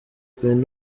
penn